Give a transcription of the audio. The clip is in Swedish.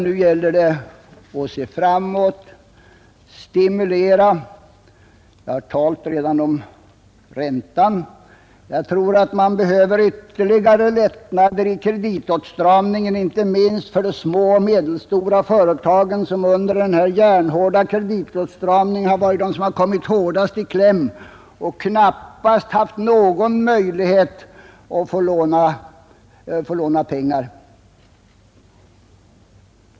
Nu gäller det att se framåt, att stimulera produktionen. Jag har redan talat om räntan. Jag tror att man behöver ytterligare lättnader i kreditåtstramningen, inte minst för de små och medelstora företagen, som under den järnhårda kreditåtstramningen har kommit hårdast i kläm och knappast haft någon möjlighet att låna pengar.